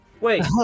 Wait